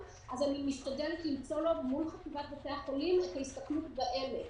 אז אני משתדלת למצוא לו מול חטיבת בתי החולים את ההסתכלות בעמק.